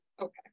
Okay